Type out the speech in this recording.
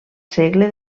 segle